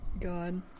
god